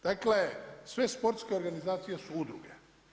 Dakle, sve sportske organizacije su udruge.